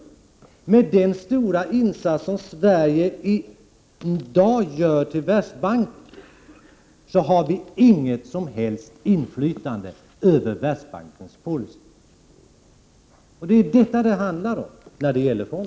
Trots den stora insats som Sverige i dag gör för Världsbanken, har vi inget som helst inflytande över Världsbankens policy. Det är dessa frågor kring fonden det handlar om.